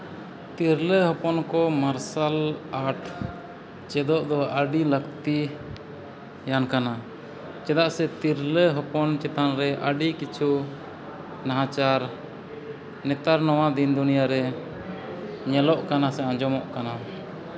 ᱛᱤᱨᱞᱟᱹ ᱦᱚᱯᱚᱱ ᱠᱚ ᱢᱟᱨᱥᱟᱞ ᱟᱨᱴ ᱪᱮᱫᱚᱜ ᱫᱚ ᱟᱹᱰᱤ ᱞᱟᱹᱠᱛᱤᱭᱟᱱ ᱠᱟᱱᱟ ᱪᱮᱫᱟᱜ ᱥᱮ ᱛᱤᱨᱞᱟᱹ ᱦᱚᱯᱚᱱ ᱪᱮᱛᱟᱱ ᱨᱮ ᱟᱹᱰᱤ ᱠᱤᱪᱷᱩ ᱱᱟᱦᱟᱪᱟᱨ ᱱᱮᱛᱟᱨ ᱱᱚᱣᱟ ᱫᱤᱱ ᱫᱩᱱᱤᱭᱟᱹᱨᱮ ᱧᱮᱞᱚᱜ ᱠᱟᱱᱟ ᱥᱮ ᱟᱸᱡᱚᱢᱚᱜ ᱠᱟᱱᱟ